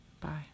Bye